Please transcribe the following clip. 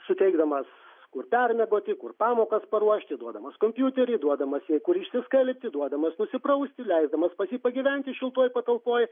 suteikdamas kur permiegoti kur pamokas paruošti duodamus kompiuterį duodamas jai kur išsikalbti duodamas nusiprausi leisdamas pas jį pagyventi šiltoj patalpoj